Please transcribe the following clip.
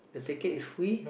the ticket is free